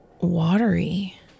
watery